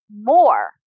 more